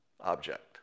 object